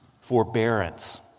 forbearance